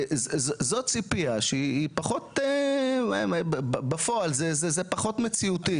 זאת ציפייה שהיא פחות, בפועל, זה פחות מציאותי.